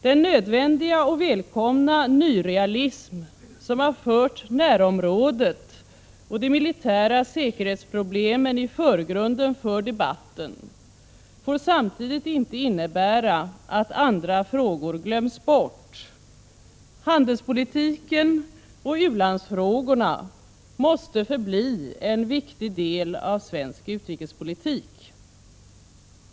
Den nödvändiga och välkomna nyrealism som har fört närområdet och de militära säkerhetsproblemen i förgrunden för debatten får samtidigt inte innebära att andra frågor glöms bort. Handelspolitiken och u-landsfrågorna måste förbli en viktig del av svensk utrikespolitik.